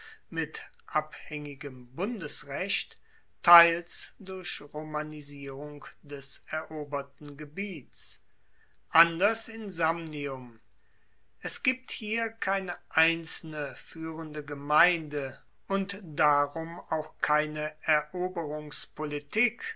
mit abhaengigem bundesrecht teils durch romanisierung des eroberten gebiets anders in samnium es gibt hier keine einzelne fuehrende gemeinde und darum auch keine